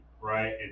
right